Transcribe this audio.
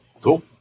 Cool